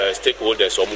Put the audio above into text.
stakeholders